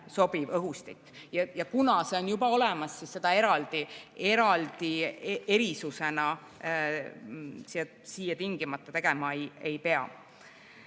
sobiv õhustik. Kuna see on juba olemas, siis eraldi erisust siin tingimata tegema ei pea.